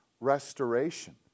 restoration